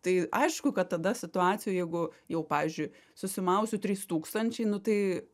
tai aišku kad tada situacijoj jeigu jau pavyzdžiui susimausiu trys tūkstančiai nu tai